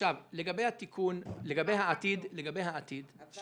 לגבי התיקון, לגבי העתיד --- עבר.